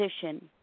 position